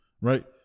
Right